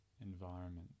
environment